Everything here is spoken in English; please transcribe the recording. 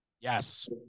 Yes